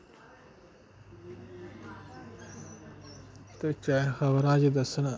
ते खबरै ई दस्सन